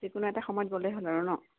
যিকোনো এটা সময়ত গ'লেই হ'ল আৰু ন